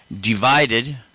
divided